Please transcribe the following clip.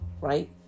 right